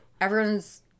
everyone's